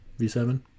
V7